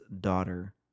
daughter